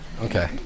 Okay